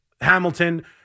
Hamilton